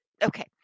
Okay